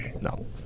No